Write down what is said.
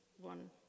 one